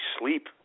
sleep